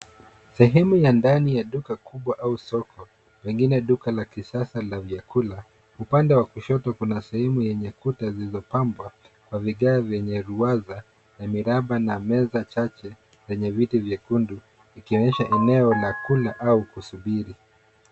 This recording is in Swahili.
Sehemu ya ndani ya duka kubwa au soko, pengine duka la kisasa la vyakula. Upande wa kushoto kuna sehemu yenye kuta zilizopambwa kwa vigae vyenye ruwaza ya miraba na meza chache zenye viti vyekundu, ikionyesha eneo la kula au kusubiri.